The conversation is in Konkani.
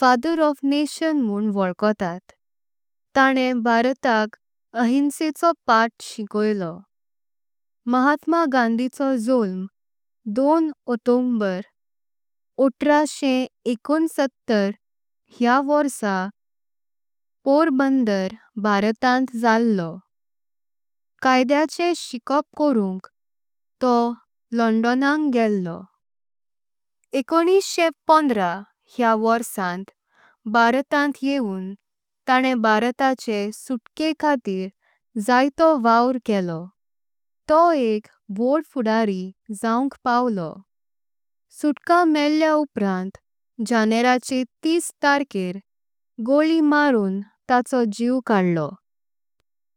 फादर ऑफ नेशन म्हुण वाल्कोतात ताणे। भारताक अहिंसेच्या पथ शिकायलो महात्मा गांधीचो। झळ्म दोन अक्टोबर उन्नीसशे एकोणसत्तर ह्या वर्सा। पोरबंदर भारतांद चालो कांदेंआचे स्कूल शिकवपाक। थां लंदनाक गेलो एकोणनिस्षे पंधरा ह्या वर्सांत। भारतां येवून ताणे भारताचे सुतके खातीर जायतायांड। कळस केलो तो एक व्हड्द पुढारी जाऊं पावलो। सुतक मेल्या उपरांत लोकांचें तिस टाकर। गोली मारून ताच्या जीव काढलो।